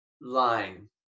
line